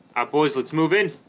boys let's move in